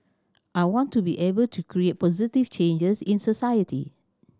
I want to be able to create positive changes in society